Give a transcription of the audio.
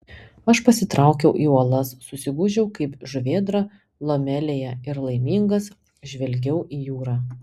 aš pasitraukiau į uolas susigūžiau kaip žuvėdra lomelėje ir laimingas žvelgiau į jūrą